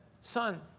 son